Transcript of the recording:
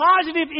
positive